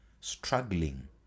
struggling